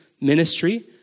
ministry